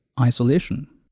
isolation